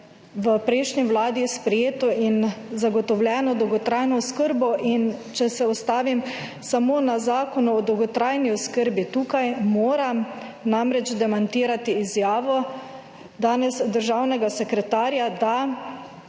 v prejšnji Vladi sprejeto in zagotovljeno dolgotrajno oskrbo in če se ustavim samo na Zakonu o dolgotrajni oskrbi, tukaj moram namreč demantirati izjavo danes državnega sekretarja, da